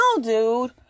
dude